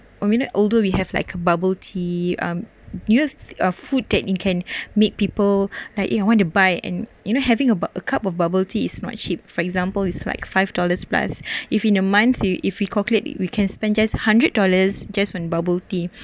although we have like bubble tea um you know uh food that it can make people like eh I want to buy and you know having about a cup of bubble tea is not cheap for example is like five dollars plus if in a month we if we calculate we can spend just hundred dollars just on bubble tea